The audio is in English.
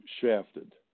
shafted